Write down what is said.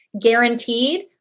Guaranteed